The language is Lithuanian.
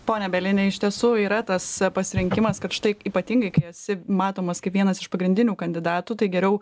pone bielini iš tiesų yra tas pasirinkimas kad štai ypatingai kai esi matomas kaip vienas iš pagrindinių kandidatų tai geriau